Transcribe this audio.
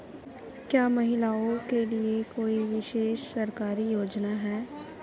क्या महिलाओं के लिए कोई विशेष सरकारी योजना है?